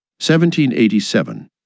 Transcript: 1787